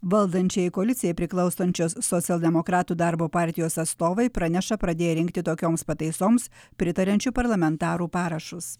valdančiajai koalicijai priklausančios socialdemokratų darbo partijos atstovai praneša pradėję rinkti tokioms pataisoms pritariančių parlamentarų parašus